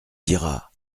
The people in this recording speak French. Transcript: dira